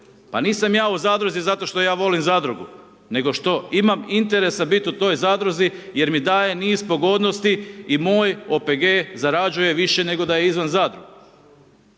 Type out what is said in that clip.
pa nisam ja u zadruzi zato što ja volim zadrugu, nego što imam interesa biti u toj zadruzi, jer mi daje niz pogodnosti i moj OPG zarađuje više nego da je izvan zadruge.